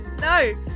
No